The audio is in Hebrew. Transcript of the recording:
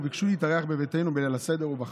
וביקשו להתארח בביתנו בלילה הסדר ובחג.